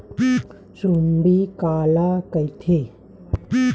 सुंडी काला कइथे?